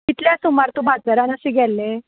कितल्यांक सुमार तूं बाजारान अशें गेल्लें